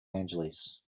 angeles